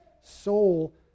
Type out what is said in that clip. soul